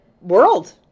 world